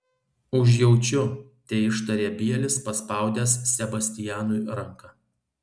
užjaučiu teištarė bielis paspaudęs sebastianui ranką